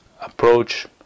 approach